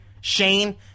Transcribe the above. Shane